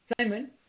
Simon